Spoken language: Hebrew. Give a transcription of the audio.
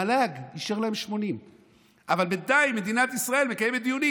המל"ג אישר להם 80. אבל בינתיים מדינת ישראל מקיימת דיונים